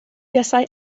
buasai